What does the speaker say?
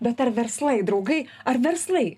bet ar verslai draugai ar verslai